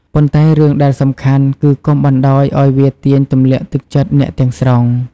ប៉ុន្តែ រឿងដែលសំខាន់គឺ កុំបណ្តោយឲ្យវាទាញទម្លាក់ទឹកចិត្តអ្នកទាំងស្រុង។